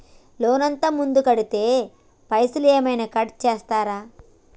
Loan అత్తే ముందే కడితే పైసలు ఏమైనా కట్ చేస్తరా?